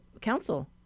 council